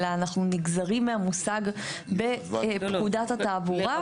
אלא אנחנו נגזרים מהמושג בפקודת התעבורה.